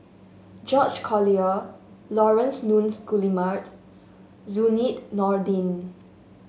George Collyer Laurence Nunns Guillemard Zainudin Nordin